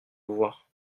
voir